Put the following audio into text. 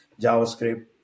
JavaScript